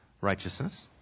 Righteousness